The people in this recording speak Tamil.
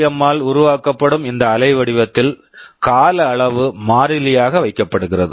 எம் PWM ஆல் உருவாக்கப்படும் இந்த அலைவடிவத்தில் கால அளவு மாறிலியாக வைக்கப்படுகிறது